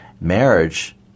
Marriage